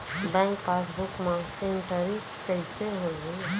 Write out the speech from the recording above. Bank passbook मा entry कइसे होही?